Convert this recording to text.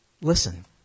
Listen